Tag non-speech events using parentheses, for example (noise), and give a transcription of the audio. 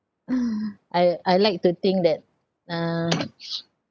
(noise) I I like to think that uh (noise)